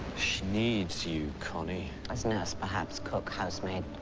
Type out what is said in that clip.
she needs you connie. as nurse perhaps. cook, housemaid.